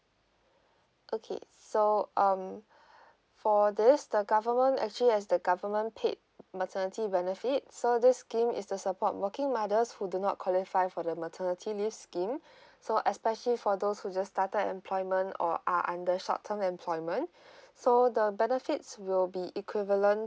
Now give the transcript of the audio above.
okay so um for this the government actually has the government paid maternity benefit so this scheme is to support working mothers who do not qualify for the maternity leave scheme so especially for those who just started employment or are under short term employment so the benefits will be equivalent